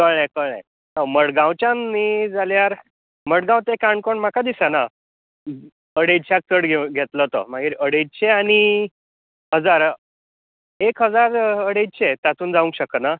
कळ्ळें कळ्ळें हय मडगांवच्यान न्ही जाल्यार मडगांव ते काणकोण म्हाका दिसना अडेच्शाक चड घेतलो तो मागीर अडेच्शे आनी हजार एक हजार अडेच्शे तातूंत जावंक शकना